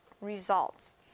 results